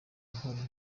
uhari